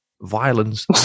Violence